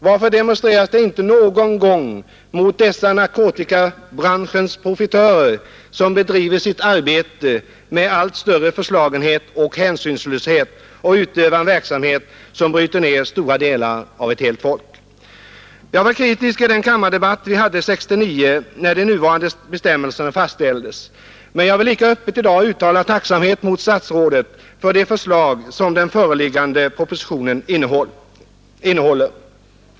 Varför demonstreras det inte någon gång mot dessa narkotikabranschens profitörer som bedriver sitt arbete med allt större förslagenhet och hänsynslöshet och utövar en verksamhet som bryter ner stora delar av ett helt folk? Jag var kritisk i den kammardebatt vi hade 1969 när de nuvarande bestämmelserna fastställdes. Men jag vill lika öppet i dag uttala tacksamhet mot statsrådet för de förslag som den föreliggande propositionen innehåller.